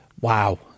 Wow